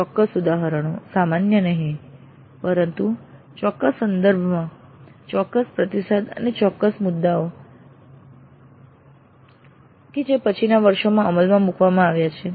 ચોક્કસ ઉદાહરણો સામાન્ય નહીં પરંતુ ચોક્કસ અભ્યાસક્રમના સંદર્ભમાં ચોક્કસ પ્રતિસાદ અને ચોક્કસ સુધારાઓ કે જે પછીના વર્ષોમાં અમલમાં મૂકવામાં આવ્યા છે